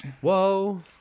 whoa